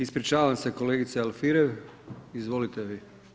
Ispričavam se kolegice Alfirev, izvolite vi.